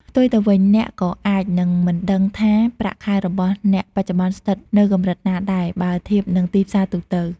ផ្ទុយទៅវិញ អ្នកក៏អាចនឹងមិនដឹងថាប្រាក់ខែរបស់អ្នកបច្ចុប្បន្នស្ថិតនៅកម្រិតណាដែរ បើធៀបនឹងទីផ្សារទូទៅ។